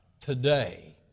today